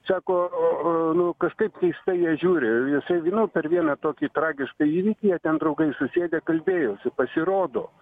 sako nu kažkaip keistai jie žiūri jisai nu per vieną tokį tragišką įvykį jie ten draugai susėdę kalbėjosi pasirodo